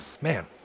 man